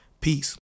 Peace